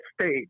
stage